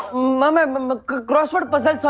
um um um a crossword puzzle. so